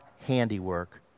handiwork